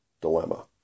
Dilemma